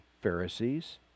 Pharisees